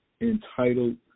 entitled